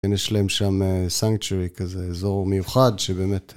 כן, יש להם שם סנקצ'רי כזה, אזור מיוחד שבאמת...